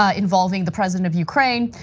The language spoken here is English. ah involving the president of ukraine.